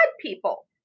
people